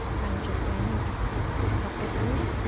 financial planning is a separate book,